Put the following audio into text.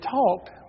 talked